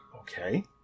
Okay